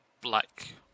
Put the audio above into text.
black